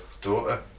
daughter